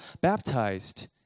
baptized